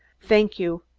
thank you.